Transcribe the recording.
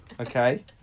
Okay